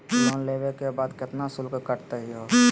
Loan लेवे के बाद केतना शुल्क कटतही हो?